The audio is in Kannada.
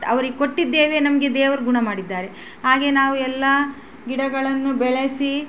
ಅವರಿಗೆ ಕೊಟ್ಟಿದ್ದೇವೆ ನಮಗೆ ದೇವ್ರು ಗುಣ ಮಾಡಿದ್ದಾರೆ ಹಾಗೆ ನಾವು ಎಲ್ಲ ಗಿಡಗಳನ್ನು ಬೆಳಸಿ